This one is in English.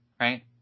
right